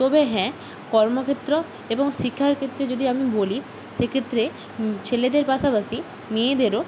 তবে হ্যাঁ কর্মক্ষেত্রেও এবং শিক্ষার ক্ষেত্রে যদি আমি বলি সেক্ষেত্রে ছেলেদের পাশাপাশি মেয়েদেরও